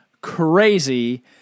crazy